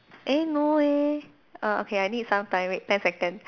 eh no leh err okay I need some time wait ten second